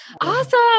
Awesome